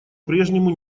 прежнему